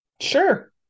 Sure